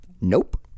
Nope